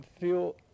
feel